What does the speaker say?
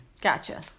gotcha